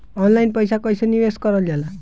Online पईसा कईसे निवेश करल जाला?